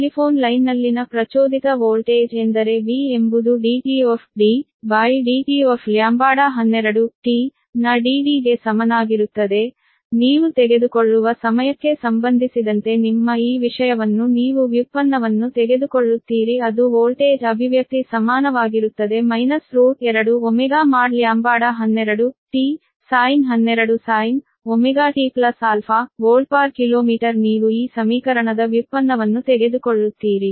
telephone ಲೈನ್ನಲ್ಲಿನ ಪ್ರಚೋದಿತ voltage ಎಂದರೆ V ಎಂಬುದು dT dt of λ12 ನ dd ಗೆ ಸಮನಾಗಿರುತ್ತದೆ ನೀವು ತೆಗೆದುಕೊಳ್ಳುವ ಸಮಯಕ್ಕೆ ಸಂಬಂಧಿಸಿದಂತೆ ನಿಮ್ಮ ಈ ವಿಷಯವನ್ನು ನೀವು ವ್ಯುತ್ಪನ್ನವನ್ನು ತೆಗೆದುಕೊಳ್ಳುತ್ತೀರಿ ಅದು ವೋಲ್ಟೇಜ್ ಅಭಿವ್ಯಕ್ತಿ ಸಮಾನವಾಗಿರುತ್ತದೆ ಮೈನಸ್ √2 ω mod λ12 sin 12〖sin〗⁡〖ωtα〗ವೋಲ್ಟ್ ವೋಲ್ಟ್ ಪ್ರತಿ ಕಿಲೋಮೀಟರ್ ಬಲಕ್ಕೆ ನೀವು ಈ ಸಮೀಕರಣದ ವ್ಯುತ್ಪನ್ನವನ್ನು ತೆಗೆದುಕೊಳ್ಳುತ್ತೀರಿ